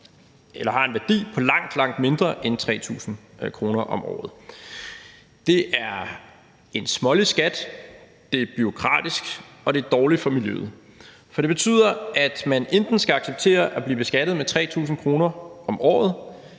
som har en værdi på langt, langt mindre end 3.000 kr. om året. Det er en smålig skat, det er bureaukratisk, og det er dårligt for miljøet, for det betyder, at man enten skal acceptere at blive beskattet af 3.000 kr. om året,